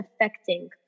affecting